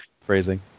Phrasing